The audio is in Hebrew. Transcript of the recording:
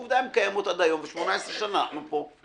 עובדה, הן קיימות עד היום, וכבר 18 שנים אנחנו פה.